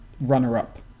runner-up